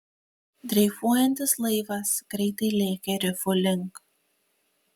dreifuojantis laivas greitai lėkė rifų link